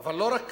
אבל לא רק